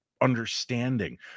understanding